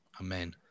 Amen